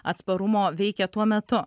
atsparumo veikė tuo metu